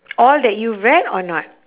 all that you read or not